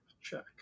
check